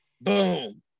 Boom